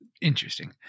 interesting